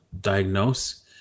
diagnose